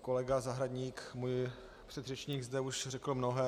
Kolega Zahradník, můj předřečník, řekl mnohé.